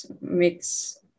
mix